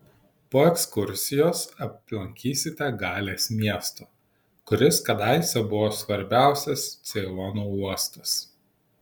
po ekskursijos aplankysite galės miestą kuris kadaise buvo svarbiausias ceilono uostas